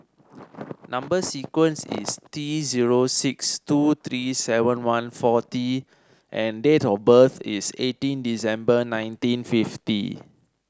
number sequence is T zero six two three seven one four T and date of birth is eighteen December nineteen fifty